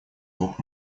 двух